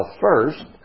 first